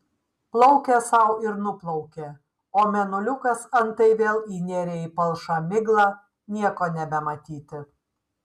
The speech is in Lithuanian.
plaukė sau ir nuplaukė o mėnuliukas antai vėl įnėrė į palšą miglą nieko nebematyti